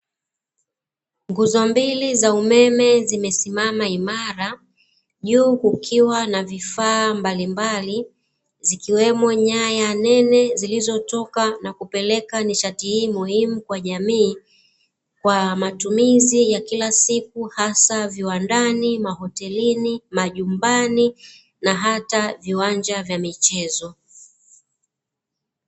Nguzo mbili za umeme zimesimama imara juu kukiwa na vifaa mbalimbali zikiwemo nyanya nene zilizotoka na kupeleka nishati hii muhimu kwa jamii kwa matumizi ya kila siku hasa viwandani, mahotelini, majumbani na ata viwanja vya michezo.